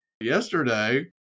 yesterday